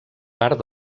part